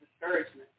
discouragement